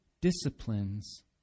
disciplines